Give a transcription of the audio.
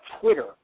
Twitter